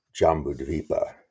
Jambudvipa